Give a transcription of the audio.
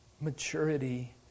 maturity